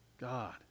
God